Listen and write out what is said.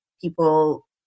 people